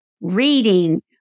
reading